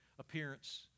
appearance